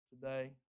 today